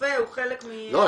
והרופא הוא חלק מ --- לא,